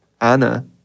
Anna